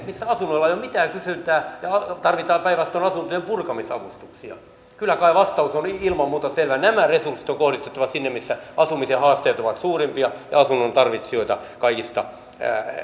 missä asunnoilla ei ole mitään kysyntää ja tarvitaan päinvastoin asuntojen purkamisavustuksia kyllä kai vastaus on ilman muuta selvä nämä resurssit on kohdistettava sinne missä asumisen haasteet ovat suurimpia ja asunnontarvitsijoita on kaikista